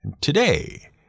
Today